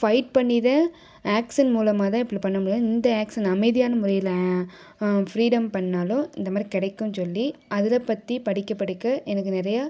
fight பண்ணிதான் action மூலமாக தான் இப்படி பண்ண முடியும் இந்த ஆக்சன் அமைதியான முறையில் ஃப்ரீடம் பண்ணிணாலோ இந்த மாதிரி கிடைக்குன்னு சொல்லி அதில் பற்றி படிக்க படிக்க எனக்கு நிறையா